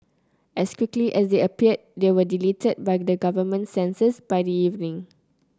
as quickly as they appeared they were deleted by the government censors by the evening